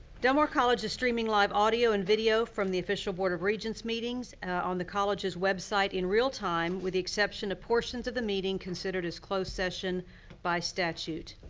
del mar college is streaming live audio and video from the official board of regents meetings on the college's website in real time with the exception of portions of the meeting considered as closed session by statute.